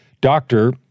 doctor